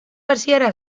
hasiera